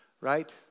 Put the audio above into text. right